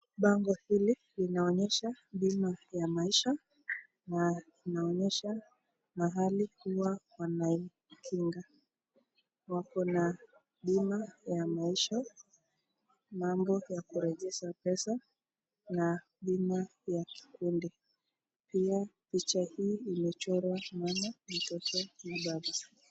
Bango hili linaonyesha bima la maisha na inaonyesha mahali huwa wanakinga, wako na bima ya maisha, mambo ya kurejesha pesa na bima ya kikundi. Pia picha hii imechorwa mama, mtoto na baba.